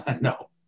No